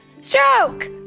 stroke